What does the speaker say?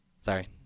Sorry